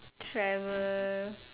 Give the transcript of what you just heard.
travel